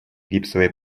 гипсовые